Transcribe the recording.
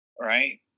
Right